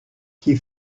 qui